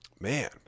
Man